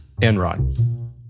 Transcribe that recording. Enron